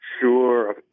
Sure